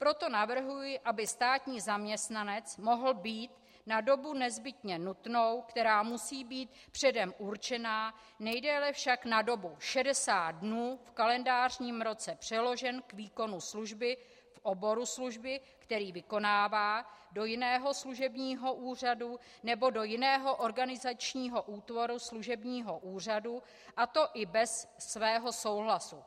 Proto navrhuji, aby státní zaměstnanec mohl být na dobu nezbytně nutnou, která musí být předem určena, nejdéle však na dobu 60 dnů v kalendářním roce, přeložen k výkonu služby v oboru služby, který vykonává, do jiného služebního úřadu nebo do jiného organizačního útvaru služebního úřadu, a to i bez svého souhlasu.